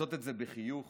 לעשות את זה בחיוך